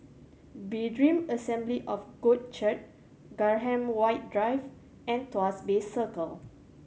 Berean Assembly of God Church Graham White Drive and Tuas Bay Circle